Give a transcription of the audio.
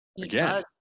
Again